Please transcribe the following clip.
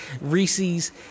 reese's